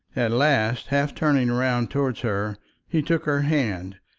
at last, half turning round towards her he took her hand,